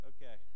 Okay